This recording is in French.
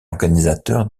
organisateur